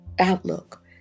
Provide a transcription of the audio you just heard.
outlook